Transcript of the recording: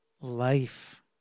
life